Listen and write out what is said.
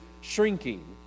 shrinking